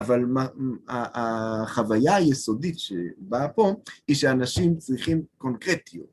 אבל החוויה היסודית שבאה פה היא שאנשים צריכים קונקרטיות.